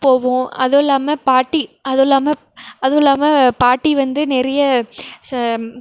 போவோம் அதுவும் இல்லாமல் பாட்டி அதுவும் இல்லாமல் அதுவும் இல்லாமல் பாட்டி வந்து நிறைய ச